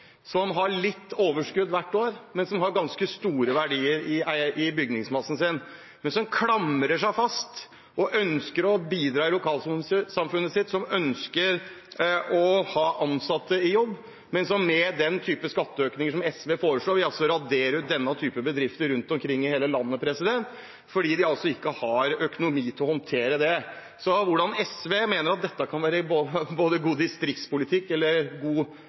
De har litt overskudd hvert år og har ganske store verdier i bygningsmassen sin, men de klamrer seg fast og ønsker å bidra i lokalsamfunnet og ha ansatte i jobb. Den type skatteøkninger som SV foreslår, vil radere ute denne typen bedrifter rundt omkring i hele landet, for de har ikke økonomi til å håndtere det. Hvordan mener SV dette kan være god distriktspolitikk eller god